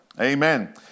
Amen